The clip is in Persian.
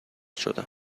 شدم